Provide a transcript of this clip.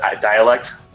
dialect